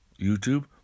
YouTube